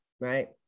Right